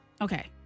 Okay